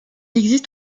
existe